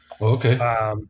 Okay